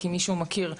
אם מישהו מכיר,